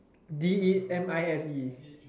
D E M I S E